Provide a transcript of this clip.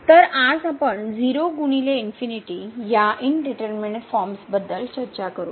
तर आज आपण 0 गुणिले इन्फिनिटी या इंडिटरमिनेट फॉर्म्स बद्दल चर्चा करू